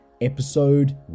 Episode